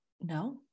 No